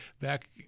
back